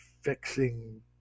fixing